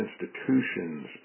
institutions